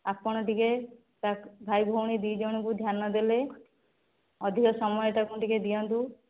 ଆପଣ ଟିକିଏ ଭାଇ ଭଉଣୀ ଦୁଇଜଣଙ୍କୁ ଧ୍ୟାନ ଦେଲେ ଅଧିକ ସମୟ ତାଙ୍କୁ ଟିକିଏ ଦିଅନ୍ତୁ